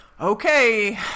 okay